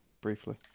briefly